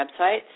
websites